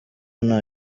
nta